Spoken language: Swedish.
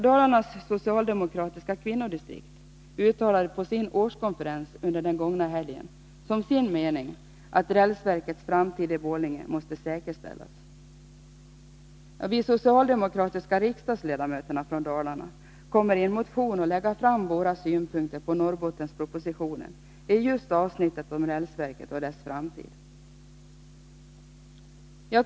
Dalarnas socialdemokratiska kvinnodistrikt uttalade på sin årskonferens under den gångna helgen som sin mening att rälsverkets framtid i Borlänge måste säkerställas. Vi socialdemokratiska riksdagsledamöter från Dalarna kommer att i en motion lägga fram våra synpunkter på Norrbottenspropositionen i just avsnittet om rälsverket och dess framtid.